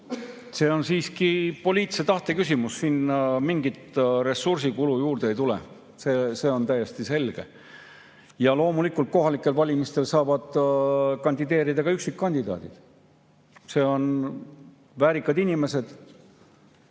See on siiski poliitilise tahte küsimus. Sinna mingit ressursikulu juurde ei tule, see on täiesti selge. Loomulikult saavad kohalikel valimistel kandideerida ka üksikkandidaadid, väärikad inimesed.